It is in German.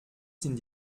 sind